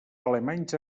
alemanys